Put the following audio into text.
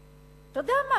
אתה יודע מה?